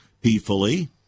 peacefully